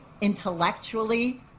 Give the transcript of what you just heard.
intellectually